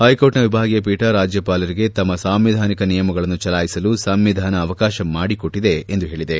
ಹೈಕೋರ್ಟ್ನ ವಿಭಾಗೀಯ ಪೀಠ ರಾಜ್ಯಪಾಲರಿಗೆ ತಮ್ಮ ಸಾಂವಿಧಾನಿಕ ನಿಯಮಗಳನ್ನು ಚಲಾಯಿಸಲು ಸಂವಿಧಾನ ಅವಕಾಶ ಮಾಡಿಕೊಟ್ಟಿದೆ ಎಂದು ಹೇಳಿದೆ